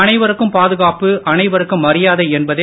அனைவருக்கும் பாதுகாப்பு அனைவருக்கும் மரியாதை என்பதே